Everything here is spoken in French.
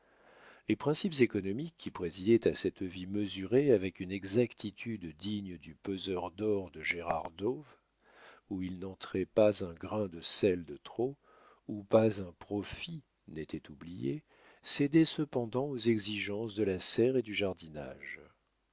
les principes économiques qui présidaient à cette vie mesurée avec une exactitude digne du peseur d'or de gérard dow où il n'entrait pas un grain de sel de trop où pas un profit n'était oublié cédaient cependant aux exigences de la serre et du jardinage